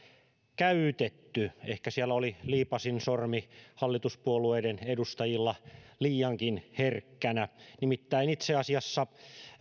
käytetty ehkä siellä oli liipasinsormi hallituspuolueiden edustajilla liiankin herkkänä nimittäin itse asiassa